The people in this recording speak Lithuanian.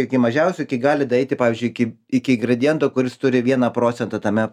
iki mažiausių iki gali daeiti pavyzdžiui iki iki igradiento kuris turi vieną procentą tame